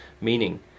meaning